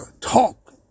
talk